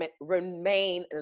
remain